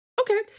Okay